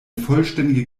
vollständige